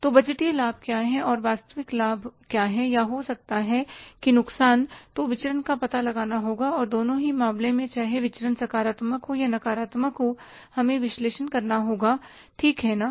तो बजटीय लाभ क्या है और वास्तविक लाभ क्या है या हो सकता है कि नुकसानतो विचरण का पता लगाना होगा और दोनों ही मामलों में चाहे विचरण सकारात्मक या नकारात्मक हों हमें विश्लेषण करना होगा ठीक है ना